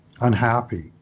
unhappy